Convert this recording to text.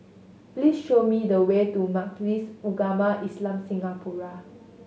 please show me the way to Majlis Ugama Islam Singapura